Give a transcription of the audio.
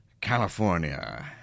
California